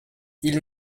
ils